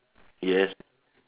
yes